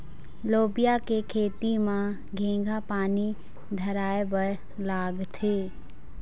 लोबिया के खेती म केघा पानी धराएबर लागथे?